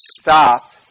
stop